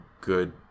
good